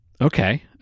Okay